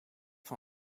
van